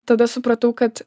tada supratau kad